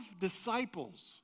disciples